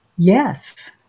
Yes